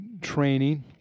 training